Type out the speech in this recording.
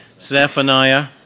Zephaniah